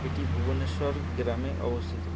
এটি ভুবনেশ্বর গ্রামে অবস্থিত